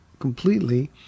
Completely